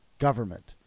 government